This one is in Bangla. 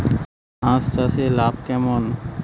হাঁস চাষে লাভ কেমন?